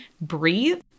breathe